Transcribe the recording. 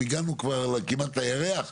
הגענו כמעט עד לירח,